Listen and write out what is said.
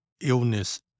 illness